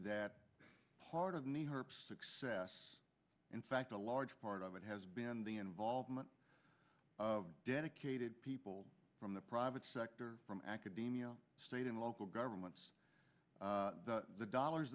that part of me her success in fact a large part of it has been the involvement of dedicated people from the private sector from academia state and local governments the dollars